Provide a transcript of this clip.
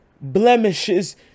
Blemishes